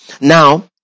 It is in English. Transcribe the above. now